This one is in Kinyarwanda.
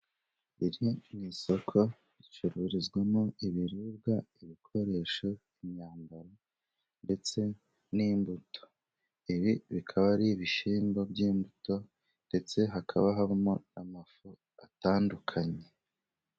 Iri ni isoko ricururizwamo ibiribwa, ibikoresho, imyambaro, ndetse n'imbuto. Ibi bikaba ari ibishyimbo by'imbuto, ndetse hakaba harimo amafu atandukanye.